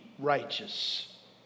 righteous